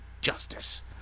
justice